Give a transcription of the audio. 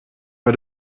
bei